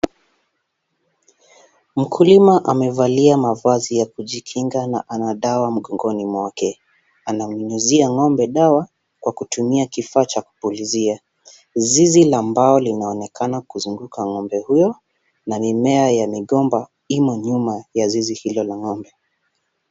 Mkulima amevalia mavazi ya kujikinga na ana dawa mgongoni mwake. Anamnyunyizia ngombe dawa kwa kutumia kifaa cha kupulizia. Zizi la mbao linaonekana kuzunguka ngombe huyo na mimea ya migomba imo numa ya zizi hilo la ngombe.